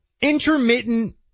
intermittent